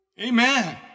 Amen